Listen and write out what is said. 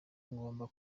ngomba